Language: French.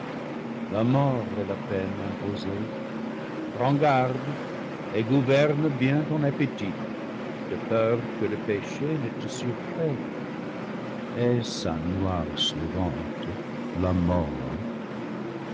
la mort est la peine imposée prends garde et gouverne bien ton appétit de peur que le péché ne te surprenne et sa noire suivante la mort